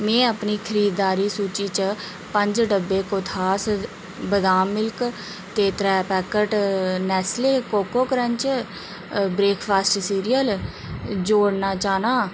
में अपनी खरीददारी सूची च पंज डब्बे कोथास बदाम मिल्क ते त्रै packet Nestle Koko Krunch breakfast cereal जोड़ना चाह्न्नां